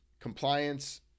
compliance